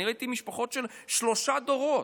אני ראיתי משפחות של שלושה דורות: